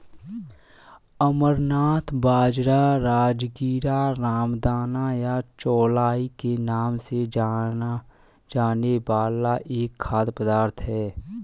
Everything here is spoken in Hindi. अमरनाथ बाजरा, राजगीरा, रामदाना या चौलाई के नाम से जाना जाने वाला एक खाद्य पदार्थ है